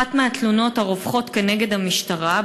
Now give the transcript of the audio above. אחת מהתלונות הרווחות כנגד המשטרה,